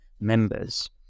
members